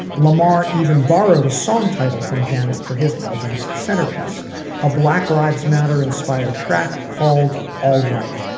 lamar even borrowed a song title from janet for his albums centrepiece a black lives matter inspired track called all right.